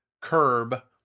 curb